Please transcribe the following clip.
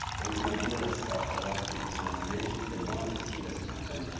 it was an idea that sparked a lot of people's imaginations. they wanted to see this happen,